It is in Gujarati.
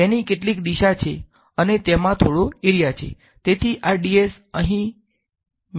તેથી તેની કેટલીક દિશા છે અને તેમાં થોડો એરીયા છે